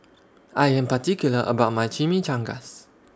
I Am particular about My Chimichangas